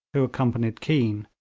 who accompanied keane,